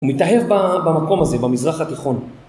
הוא מתאהב במקום הזה, במזרח התיכון.